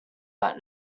but